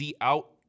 out